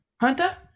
Hunter